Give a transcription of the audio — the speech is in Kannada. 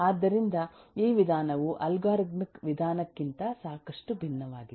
ಆದ್ದರಿಂದ ಈ ವಿಧಾನವು ಅಲ್ಗಾರಿದಮಿಕ್ ವಿಧಾನಕ್ಕಿಂತ ಸಾಕಷ್ಟು ಭಿನ್ನವಾಗಿದೆ